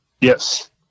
Yes